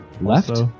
Left